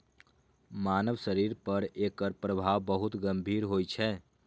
मानव शरीर पर एकर प्रभाव बहुत गंभीर होइ छै